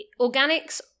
organics